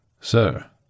Sir